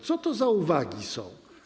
Co to za uwagi są?